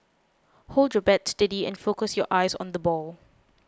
hold your bat steady and focus your eyes on the ball